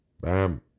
Bam